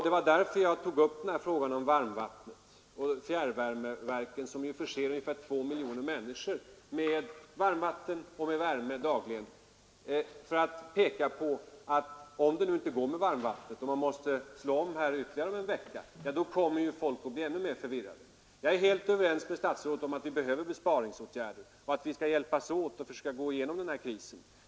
Det var därför jag tog upp frågan om varmvattnet och fjärrvärmeverken, som förser ungefär 2 miljoner människor med varmvatten och värme dagligen. Om det inte går att komma fram på detta sätt med frivillig avstängning av varmvattnet utan man måste ändra sig igen efter ytterligare en vecka, då kommer ju folk att bli ännu mer förvirrade. Jag är helt överens med statsrådet om att vi behöver besparingsåtgärder och att vi skall hjälpas åt att försöka gå igenom den här krisen.